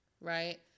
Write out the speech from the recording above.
Right